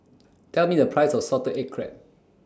Tell Me The Price of Salted Egg Crab